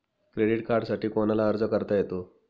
Credit कार्डसाठी कोणाला अर्ज करता येतो?